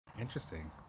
Interesting